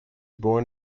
born